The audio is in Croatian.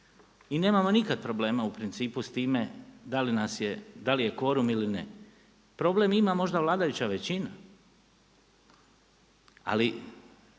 i nemamo nikad problema u principu s time da li nas je, da li je kvorum ili ne, problem ima možda vladajuća većina. Ali